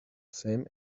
same